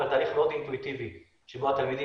אבל מדובר בתהליך אינטואיטיבי בו התלמידים